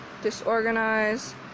disorganized